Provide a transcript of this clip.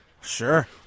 sure